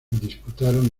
disputaron